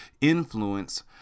influence